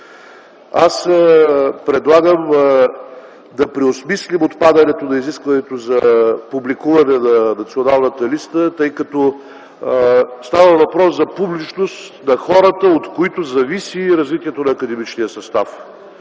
Аз предлагам да преосмислим отпадането на изискването за публикуване на Националната листа, тъй като става въпрос за публичност на хората, от които зависи развитието на академичния състав.